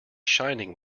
shining